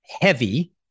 heavy